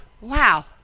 Wow